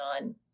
on